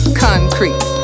concrete